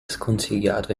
sconsigliato